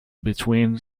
between